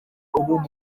ubu